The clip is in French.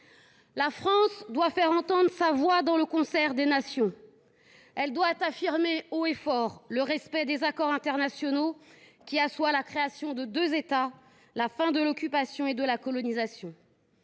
La France doit faire entendre sa voix dans le concert des nations. Elle doit affirmer haut et fort le respect des accords internationaux qui assoient la création de deux États, ainsi que la fin de l’occupation et de la colonisation.